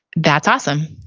that's awesome